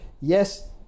yes